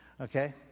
Okay